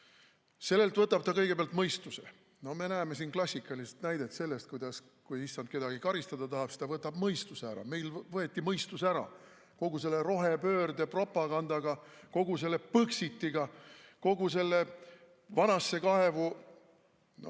sellelt võtab ta kõigepealt mõistuse. Me näeme siin klassikalist näidet selle kohta, et kui issand kedagi karistada tahab, siis ta võtab mõistuse ära. Meilt võeti mõistus ära kogu selle rohepöörde propagandaga, kogu selle Põxitiga, kogu selle vanasse kaevu ...